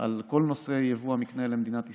של כל נושא יבוא המקנה למדינת ישראל.